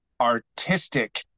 artistic